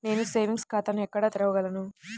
నేను సేవింగ్స్ ఖాతాను ఎక్కడ తెరవగలను?